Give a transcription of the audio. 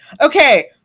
Okay